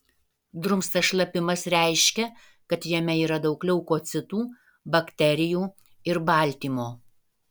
drumstas šlapimas reiškia kad jame yra daug leukocitų bakterijų ir baltymo